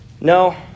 No